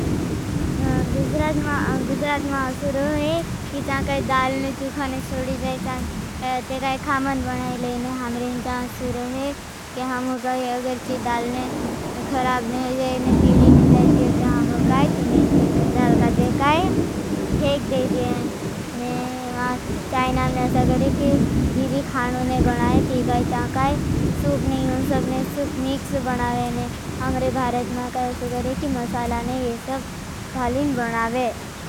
गुज्रात में आपका स्वागत है। जब दालने चुखाने सोड़ी जाये जाये। ते काई खामन बनाये लें। हमरें जब अगर दालने खराब नहीं जाये। पीड़ी नहीं जाये ते हम काये थी नहीं। दाल काजे काई फेक देजें। चाय नामने ऐसा गरे कि जी भी खानोंने बनाये ते काई चाकाई। सूप नहीं हो सबने सूप मिक्स बनावेने। हमरे भारत में ऐसा गरे कि मसालाने ये सब घालिन बनावे।